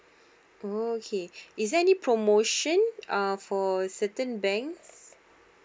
oh okay is there any promotion uh for certain banks